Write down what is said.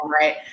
right